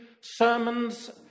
sermons